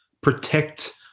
protect